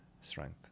strength